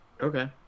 okay